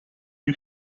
you